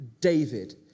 David